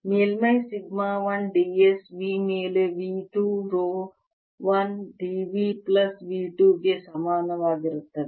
ಮೇಲ್ಮೈ sigma 1 d s V ಮೇಲೆ V 2 rho 1 d v plus V 2 ಗೆ ಸಮನಾಗಿರುತ್ತದೆ